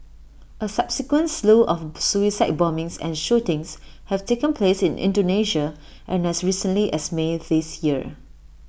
A subsequent slew of suicide bombings and shootings have taken place in Indonesia and as recently as may this year